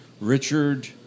Richard